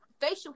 facial